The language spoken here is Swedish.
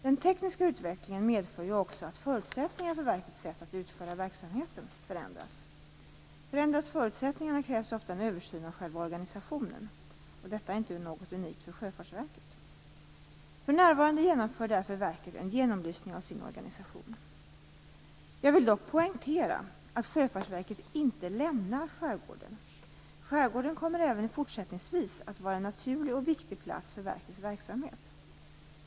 Den tekniska utvecklingen medför ju också att förutsättningarna för verkets sätt att utföra verksamheten förändras. Förändras förutsättningarna krävs ofta en översyn av själva organisationen. Detta är inte något unikt för Sjöfartsverket. För närvarande genomför därför verket en genomlysning av sin organisation. Jag vill dock poängtera att Sjöfartsverket inte lämnar skärgården. Skärgården kommer även fortsättningsvis att vara en naturlig och viktig plats för verkets verksamhet.